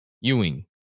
Ewing